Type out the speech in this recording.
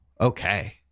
Okay